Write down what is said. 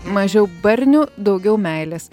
mažiau barnių daugiau meilės